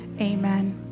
amen